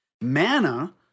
Manna